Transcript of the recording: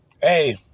Hey